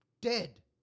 dead